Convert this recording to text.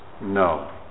no